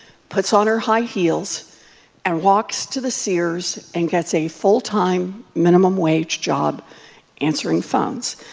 puts on her high heels and walks to the sears and gets a full-time minimum-wage job answering phones.